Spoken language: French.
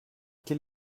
quel